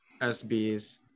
SBs